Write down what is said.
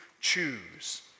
choose